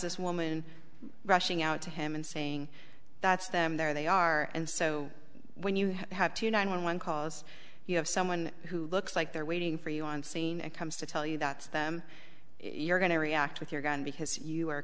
this woman rushing out to him and saying that's them there they are and so when you have two nine one one calls you have someone who looks like they're waiting for you on scene and comes to tell you that's them you're going to react with your gun because you are